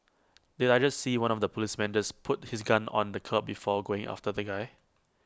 did I just see one of the policemen just put his gun on the curb before going after the guy